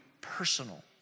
personal